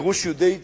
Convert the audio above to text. גירוש יהודי צרפת,